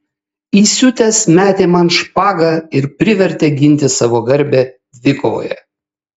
įsiutęs metė man špagą ir privertė ginti savo garbę dvikovoje